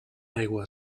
aigua